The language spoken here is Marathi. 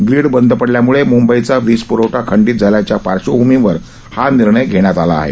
ग्रीड बंद पडल्यामुळे मुंबईचा वीज पुरवठा खंडित झाल्याच्या पार्श्वभूमीवर हा निर्णय घेण्यात आला आहे